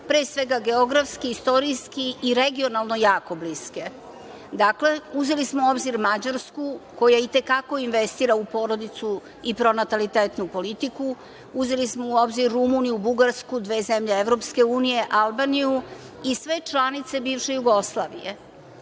pre svega gaografski, istorijski i regionalno jako bliske. Dakle, uzeli smo u obzir Mađarsku koja i te kako investira u porodicu i pronatalitetnu politiku, uzeli smo u obzir Rumuniju, Bugarsku, dve zemlje EU, Albaniju i sve članice bivše Jugoslavije.